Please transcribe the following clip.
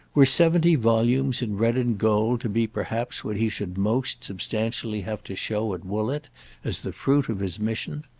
were seventy volumes in red-and-gold to be perhaps what he should most substantially have to show at woollett as the fruit of his mission?